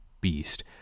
beast